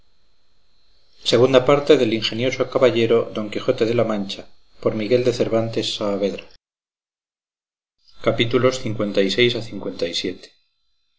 segunda parte del ingenioso caballero don quijote de la mancha por miguel de cervantes saavedra y no hallo en